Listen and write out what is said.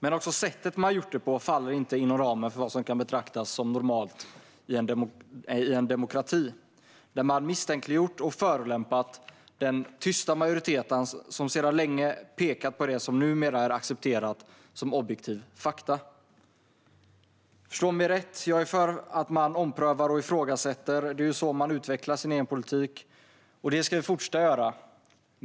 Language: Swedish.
Inte heller sättet man gjort det på faller inom ramen för vad som kan betraktas som normalt i en demokrati. Man har misstänkliggjort och förolämpat den tysta majoriteten, som sedan länge pekat på det som numera är accepterat som objektiva fakta. Förstå mig rätt, jag är för att man omprövar och ifrågasätter. Det är ju så man utvecklar sin egen politik, och det ska vi fortsätta att göra.